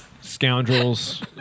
Scoundrels